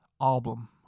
album